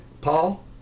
Paul